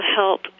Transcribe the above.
help